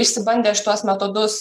išsibandė šituos metodus